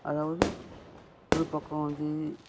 அதாவது ஒரு பக்கம் வந்து